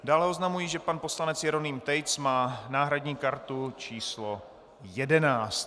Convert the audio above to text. Dále oznamuji, že pan poslanec Jeroným Tejc má náhradní kartu číslo 11.